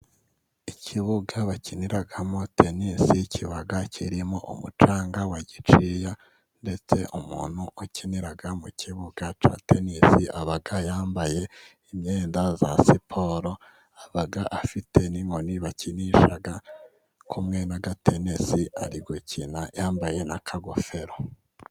Ikibuga bakiniramo teninisi kiba kirimo umucanga wa giciya, ndetse umuntu ukinira mu kibuga cya teninisi aba yambaye imyenda ya siporo, aba afite n'inkoni bakinisha kumwe nagatenesi ari gukina yambaye n'akagofero.